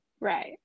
Right